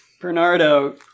Bernardo